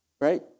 right